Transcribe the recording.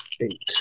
Eight